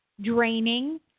draining